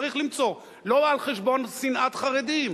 צריך למצוא, לא על חשבון שנאת חרדים,